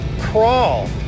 crawl